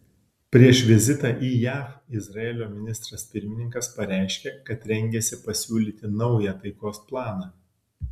prieš vizitą į jav izraelio ministras pirmininkas pareiškė kad rengiasi pasiūlyti naują taikos planą